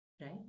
right